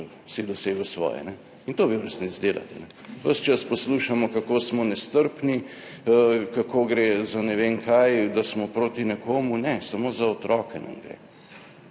si dosegel svoje. In to vi v resnici delate. Ves čas poslušamo, kako smo nestrpni, kako gre za ne vem kaj, da smo proti nekomu. Ne, samo za otroke nam gre.